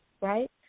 right